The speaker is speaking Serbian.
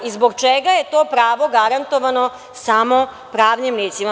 Zbog čega je to pravo garantovano samo pravnim licima.